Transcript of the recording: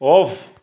off